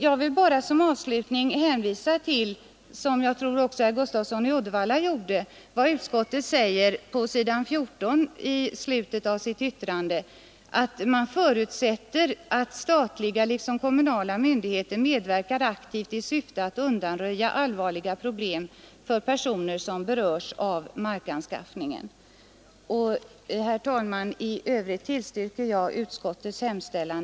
Jag vill bara som avslutning hänvisa — det tror jag att herr Gustafsson i Uddevalla också gjorde — till vad utskottet säger på s. 14 i betänkandet: ”Utskottet förutsätter slutligen att statliga liksom kommunala myndigheter medverkar aktivt i syfte att undanröja allvarliga problem för personer som berörs av markanskaffningen.” Herr talman! Jag ber att få yrka bifall till utskottets hemställan.